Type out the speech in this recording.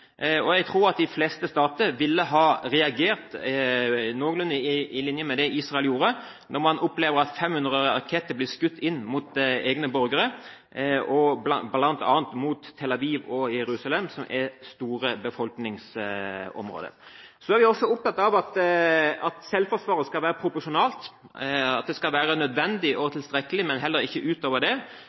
Jeg tror at de fleste stater ville ha reagert noenlunde på linje med det Israel gjorde hvis man hadde opplevd at 500 raketter ble skutt inn mot egne borgere, bl.a. mot Tel Aviv og Jerusalem, som er store befolkningsområder. Så er vi også opptatt av at selvforsvaret skal være proporsjonalt, at det skal være nødvendig og tilstrekkelig, men heller ikke utover det.